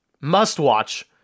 must-watch